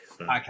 Okay